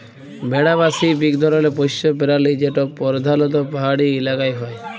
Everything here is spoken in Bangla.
ভেড়া বা শিপ ইক ধরলের পশ্য পেরালি যেট পরধালত পাহাড়ি ইলাকায় হ্যয়